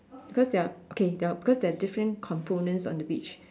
because there are okay because there are different components on the beach